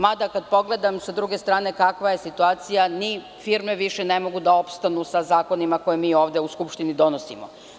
Mada, kada pogledam s druge strane kakva je situacija, ni firme više ne mogu da opstanu sa zakonima koje mi ovde u Skupštini donosimo.